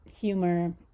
humor